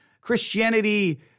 Christianity